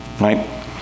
right